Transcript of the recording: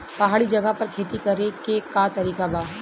पहाड़ी जगह पर खेती करे के का तरीका बा?